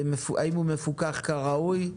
ואם הוא מפוקח כראוי.